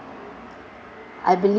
I believe